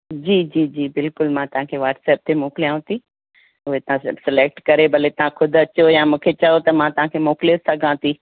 जी जी जी बिल्कुलु मां तव्हांखे वॉट्सप ते मोकिलियांव थी उहे तव्हां सिलेक्ट करे भले तव्हां खुदि अचो या मूंखे चयो त मां तव्हांखे मोकिले सघां थी